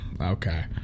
Okay